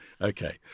okay